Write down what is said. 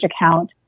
account